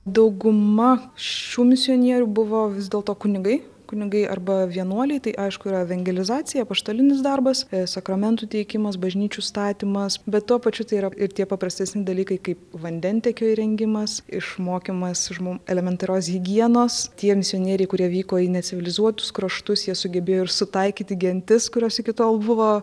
dauguma šių misionierių buvo vis dėlto kunigai kunigai arba vienuoliai tai aišku yra evangelizacija apaštalinis darbas sakramentų teikimas bažnyčių statymas bet tuo pačiu tai yra ir tie paprastesni dalykai kaip vandentiekio įrengimas išmokymas žmo elementarios higienos tie misionieriai kurie vyko į necivilizuotus kraštus jie sugebėjo ir sutaikyti gentis kurios iki tol buvo